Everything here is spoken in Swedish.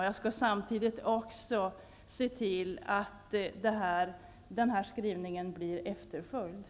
Jag skall samtidigt se till att denna skrivning efterföljs.